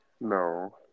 No